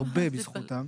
הרבה בזכותם.